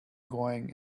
going